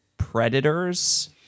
predators